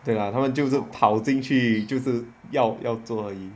对啦他们就是跑进去就是要要坐而已